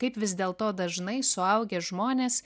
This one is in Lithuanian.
kaip vis dėl to dažnai suaugę žmonės